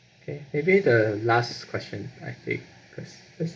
okay maybe the last question I think because